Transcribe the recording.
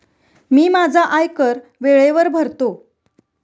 मी माझा आयकर वेळेवर भरतो